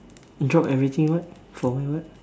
drop everything what from where what